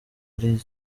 ari